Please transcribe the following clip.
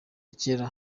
cyera